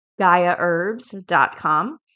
GaiaHerbs.com